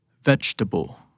vegetable